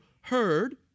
heard